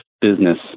business